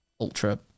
ultra